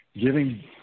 giving